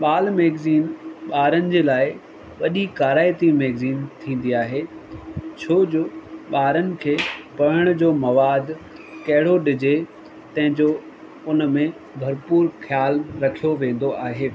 बाल magazine ॿारनि जे लाइ वॾी कराइतियूं मैगज़ीन थींदी आहे छोजो ॿारनि खे पढ़ण जो मवाद कहिड़ो ॾिजे तंहिंजो उन में भरपूर ख़्यालु रखियो वेंदो आहे